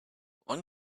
one